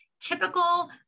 Typical